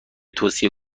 توصیه